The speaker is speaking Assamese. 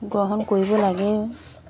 গ্ৰহণ কৰিব লাগেও